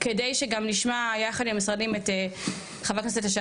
ולאחר מכן נמשיך עם המשרדים ועם חבר הכנסת לשעבר,